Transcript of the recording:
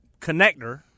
connector